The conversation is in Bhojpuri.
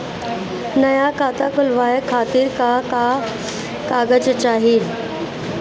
नया खाता खुलवाए खातिर का का कागज चाहीं?